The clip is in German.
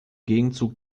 gegenzug